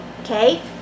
Okay